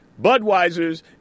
Budweiser's